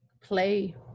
play